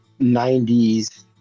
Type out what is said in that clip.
90s